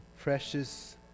precious